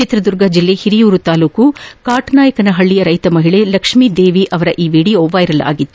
ಚಿತ್ರದುರ್ಗ ಜಿಲ್ಲೆ ಹಿರಿಯೂರು ತಾಲೂಕಿನ ಕಾಟನಾಯಕನಪಲ್ಲಯ ರೈತ ಮಹಿಳೆ ಲಕ್ಷೀದೇವಿಯವರ ಈ ವಿಡಿಯೋ ವೈರಲ್ ಆಗಿತ್ತು